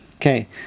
Okay